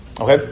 Okay